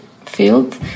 field